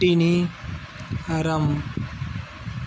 ਟੀਨੀ ਅਰਮ